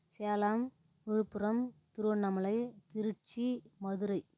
Salem Villupuram Tiruvannamalai Tiruchi Madurai